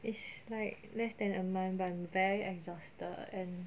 it's like less than a month but I'm very exhausted and